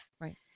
Right